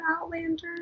Outlander